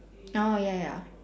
ah ya ya